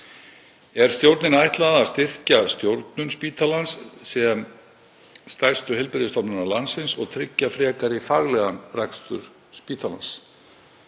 Er stjórninni ætlað að styrkja stjórnun spítalans sem stærstu heilbrigðisstofnunar landsins og tryggja frekari faglegan rekstur spítalans.